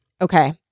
Okay